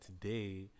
today